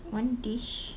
one dish